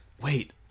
wait